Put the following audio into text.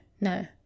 no